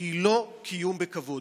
היא לא קיום בכבוד.